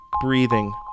breathing